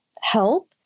help